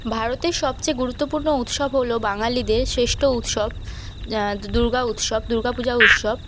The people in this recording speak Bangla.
ভারতের সবচেয়ে গুরুত্বপূর্ণ উৎসব হল বাঙালিদের শ্রেষ্ঠ উৎসব দুর্গা উৎসব দুর্গা পূজা উৎসব